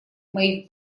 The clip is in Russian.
моих